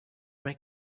make